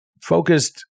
focused